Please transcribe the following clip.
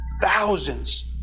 Thousands